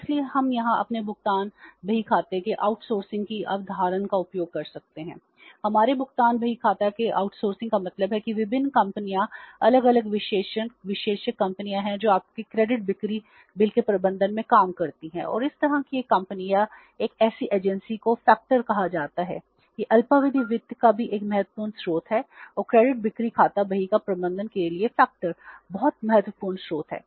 इसलिए हम यहां अपने भुगतान बहीखाता के आउटसोर्सिंग बहुत महत्वपूर्ण स्रोत है